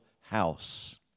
house